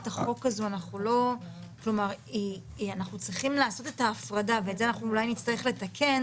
אנחנו צריכים לעשות הפרדה ואת זה אולי נצטרך לתקן